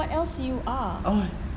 what else you are